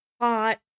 hot